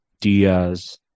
Diaz